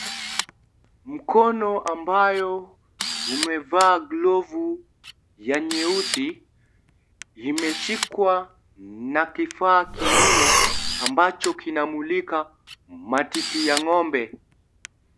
Mkono ambayo umevaa glovu ya nyeusi imeshikwa na kifaa kingine ambacho kinamulika matiti ya ngombe.